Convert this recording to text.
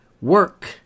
work